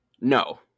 No